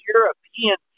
European